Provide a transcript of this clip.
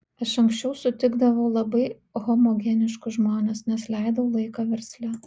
aš anksčiau sutikdavau labai homogeniškus žmones nes leidau laiką versle